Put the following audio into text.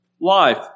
life